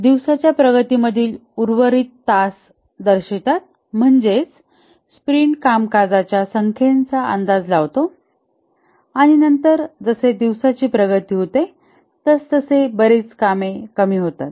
दिवसाच्या प्रगती मधील उर्वरित तास दर्शवितात म्हणजेच स्प्रिंट कामकाजाच्या संख्येचा अंदाज लावतो आणि नंतर जसे दिवसाची प्रगती होते तसतसे बरीच कामे कमी होतात